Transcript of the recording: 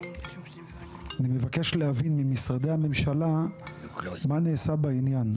אני מבקש להבין ממשרדי הממשלה מה נעשה בעניין?